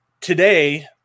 today